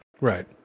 Right